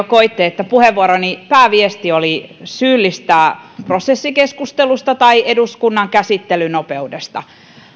koettiin että puheenvuoroni pääviesti oli syyllistää prosessikeskustelusta tai eduskunnan käsittelyn nopeudesta